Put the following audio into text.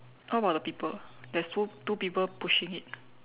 how about the people there's two two people pushing it